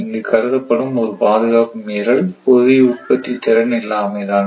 இங்கு கருதப்படும் ஒரே பாதுகாப்பு மீறல் போதிய உற்பத்தி திறன் இல்லாமை தான்